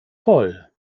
voll